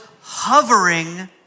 hovering